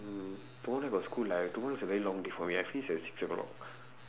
mm tomorrow got school lah tomorrow is a very long day for me I finish at six o'clock